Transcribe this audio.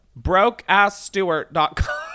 brokeassstewart.com